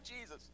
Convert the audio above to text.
Jesus